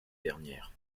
dernière